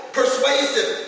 persuasive